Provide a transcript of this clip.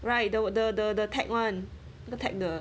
right the the the the tech 那个 tech 的